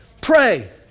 Pray